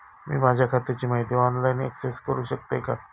मी माझ्या खात्याची माहिती ऑनलाईन अक्सेस करूक शकतय काय?